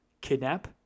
kidnap